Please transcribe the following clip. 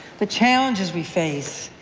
the challenges we face,